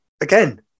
Again